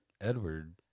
Edward